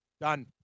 Done